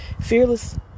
fearless